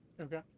Okay